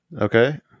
okay